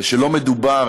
ושלא מדובר,